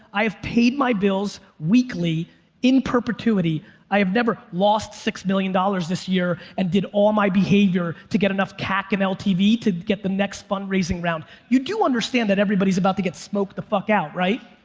i have paid my bills weekly in perpetuity i have never lost six million dollars this year and did all my behavior to get enough cac an ltv to get the next fundraising round. you do understand that everybody's about to get smoked the fuck out.